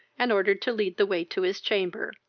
and ordered to lead the way to his chamber.